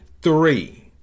three